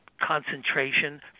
concentration